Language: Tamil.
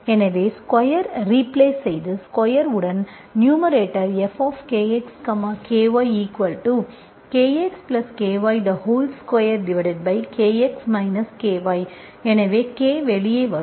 எனவே ஸ்கொயர் ரிப்லெஸ் செய்து ஸ்கொயர் உடன் நியூமரேட்டர் fKxKyKxKy2Kx Ky எனவே K வெளியே வரும்